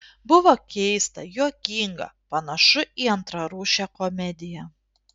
buvo keista juokinga panašu į antrarūšę komediją